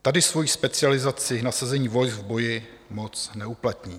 Tady svoji specializaci nasazení vojsk v boji moc neuplatní.